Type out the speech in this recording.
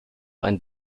ein